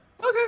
Okay